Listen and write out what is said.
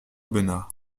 aubenas